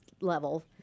level